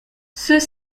ceux